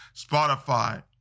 Spotify